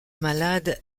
malade